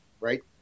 right